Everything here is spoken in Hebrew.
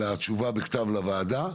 אלא תשובה בכתב לוועדה,